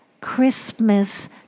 Christmas